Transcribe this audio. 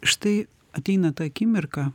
štai ateina ta akimirka